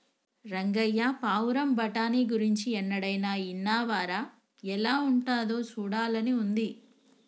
రంగయ్య పావురం బఠానీ గురించి ఎన్నడైనా ఇన్నావా రా ఎలా ఉంటాదో సూడాలని ఉంది